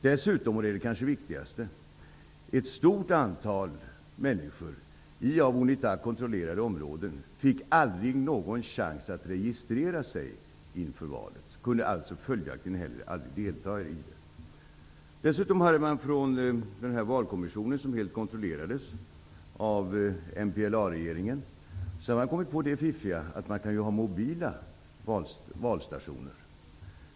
Dessutom -- och det är kanske det viktigaste -- fick ett stort antal människor i av Unita kontrollerade områden aldrig någon chans att registrera sig inför valet. De kunde följaktligen inte heller delta i det. Dessutom hade valkommissionen, som helt kontrollerades av MPLA-regeringen, kommit på det fiffiga att man kunde ha mobila valstationer.